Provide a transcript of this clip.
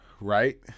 right